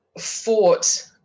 fought